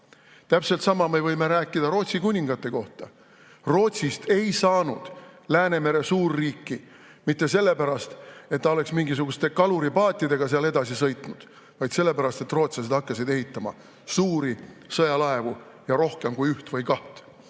Täpselt sama me võime rääkida Rootsi kuningate kohta. Rootsist ei saanud Läänemere suurriiki mitte sellepärast, et ta oleks mingisuguste kaluripaatidega seal edasi sõitnud, vaid sellepärast, et rootslased hakkasid ehitama suuri sõjalaevu, rohkem kui üht või kaht.